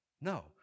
No